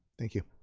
thank you.